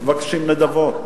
מבקשים נדבות.